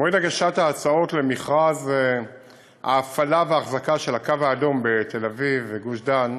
מועד הגשת ההצעות למכרז ההפעלה והאחזקה של הקו האדום בתל-אביב וגוש-דן